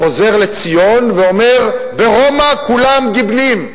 הוא חוזר לציון ואומר: ברומא כולם גיבנים.